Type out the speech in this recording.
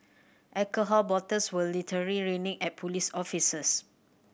alcohol bottles were literally raining at police officers